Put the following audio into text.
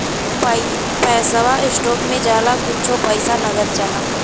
पैसवा स्टोक मे जाला कुच्छे पइसा नगदी जाला